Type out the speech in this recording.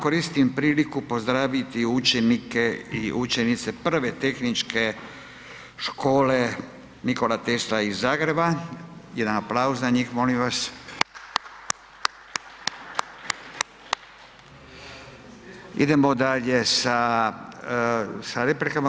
Koristim priliku pozdraviti učenike i učenice Prve tehničke škole Nikola Tesla iz Zagreba, jedan aplauz za njih molim vas. Idemo dalje sa replikama.